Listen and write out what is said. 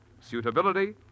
suitability